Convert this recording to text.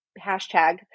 hashtag